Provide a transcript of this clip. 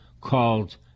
called